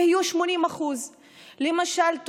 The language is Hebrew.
נהיו 80%; למשל,